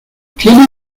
tiene